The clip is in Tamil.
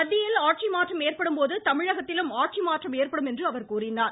மத்தியில் ஆட்சி மாற்றம் ஏற்படும் போது தமிழகத்திலும் ஆட்சி மாற்றம் ஏற்படும் என்றார்